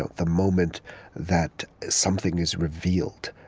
ah the moment that something is revealed,